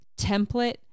template